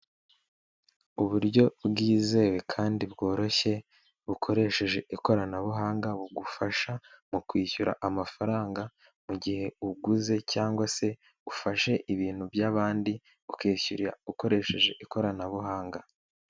Uburyo bwizewe kandi bworoshye bukoresheje ikoranabuhanga bugufasha mu kwishyura amafaranga mu gihe uguze cyangwa se ufashe ibintu by'abandi ukishyurira ukoresheje ikoranabuhanga.